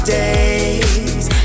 days